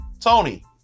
Tony